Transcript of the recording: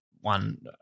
one